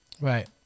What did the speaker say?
Right